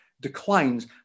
declines